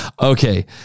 Okay